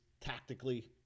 tactically